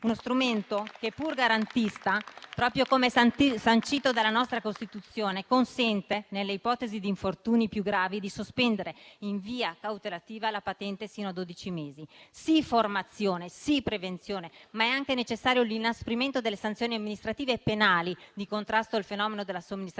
uno strumento che, pur garantista, proprio come sancito dalla nostra Costituzione, consente, nelle ipotesi di infortuni più gravi, di sospendere in via cautelativa la patente sino a dodici mesi. Sì formazione, sì prevenzione, ma è anche necessario l'inasprimento delle sanzioni amministrative e penali di contrasto al fenomeno della somministrazione